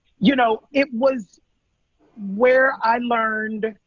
you know, it was where i learned